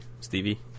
Stevie